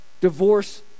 divorce